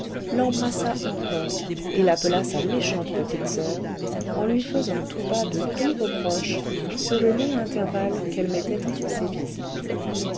l'embrassa encore et l'appela sa méchante petite soeur en lui faisant tout bas de doux reproches sur le long intervalle qu'elle mettait entre ses visites